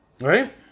Right